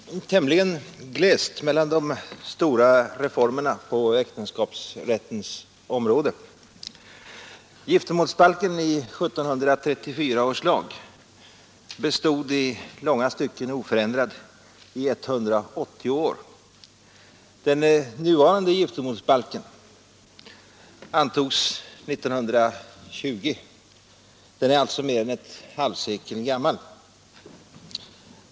Herr talman! Det är tämligen glest mellan de stora reformerna på äktenskapsrättens område. Giftermålsbalken i 1734 års lag bestod i långa stycken oförändrad i 180 år. Den nuvarande giftermålsbalken antogs 1920. Den är alltså mer än ett halvsekel gammal.